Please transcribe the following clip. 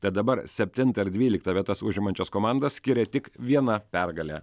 tai dabar septintą ir dvyliktą vietas užimančias komandas skiria tik viena pergalė